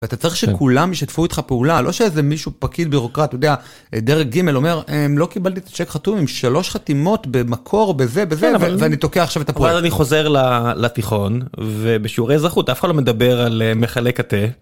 אתה צריך שכולם ישתפו איתך פעולה לא שאיזה מישהו פקיד בירוקרט יודע דרג ג' אומר לא קיבלתי את השיק חתום עם שלוש חתימות במקור בזה בזה ואני תוקע עכשיו את הכל אני חוזר לתיכון ובשיעורי אזרחות אף אחד לא מדבר על מחלק התה.